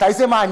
מתי זה מעניין?